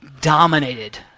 dominated